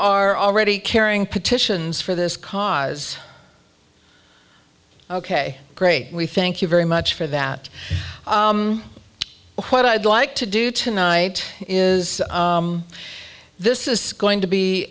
are already carrying petitions for this cause ok great we thank you very much for that what i'd like to do tonight is this is going to be